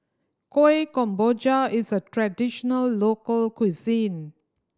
Kuih Kemboja is a traditional local cuisine